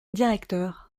directeur